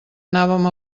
anàvem